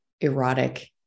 erotic